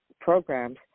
programs